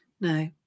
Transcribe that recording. No